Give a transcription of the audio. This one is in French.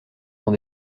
dans